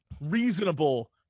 reasonable